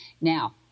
Now